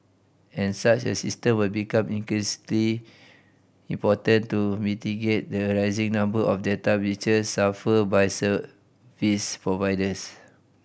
and such a system will become increasingly important to mitigate the rising number of data breaches suffered by service providers